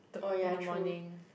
oh ya true